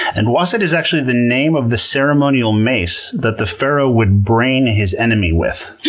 and waset is actually the name of the ceremonial mace that the pharaoh would brain his enemy with.